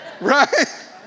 Right